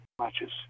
matches